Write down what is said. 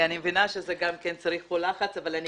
אני מבינה שגם צריך להפעיל לחץ אבל אני